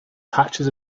patches